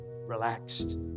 relaxed